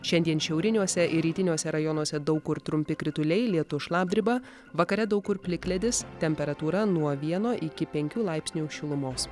šiandien šiauriniuose ir rytiniuose rajonuose daug kur trumpi krituliai lietus šlapdriba vakare daug kur plikledis temperatūra nuo vieno iki penkių laipsnių šilumos